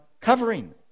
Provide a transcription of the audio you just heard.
covering